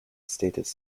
status